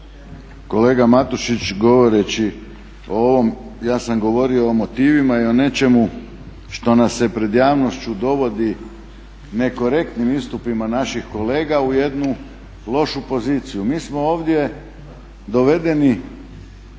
Kolega Matušić govoreći o ovom ja sam govorio o motivima i o nečemu što nas se pred javnošću dovodi nekorektnim istupima naših kolega u jednu lošu poziciju. Mi smo ovdje dovedeni